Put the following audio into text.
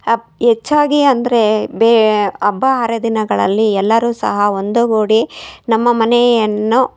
ಹಬ್ಬ ಹೆಚ್ಚಾಗಿ ಅಂದರೆ ಬೆ ಹಬ್ಬ ಹರಿದಿನಗಳಲ್ಲಿ ಎಲ್ಲರೂ ಸಹ ಒಂದುಗೂಡಿ ನಮ್ಮ ಮನೆಯನ್ನು